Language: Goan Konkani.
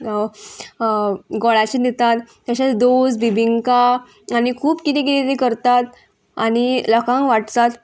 गोडाचे दितात तशेंच दोस बिबिंका आनी खूब किदें किदें किदें करतात आनी लोकांक वाटसात